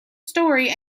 story